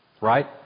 Right